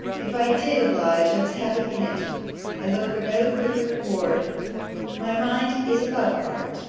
if i did oblige, i was happy in it i looked for no further reward my mind is above art,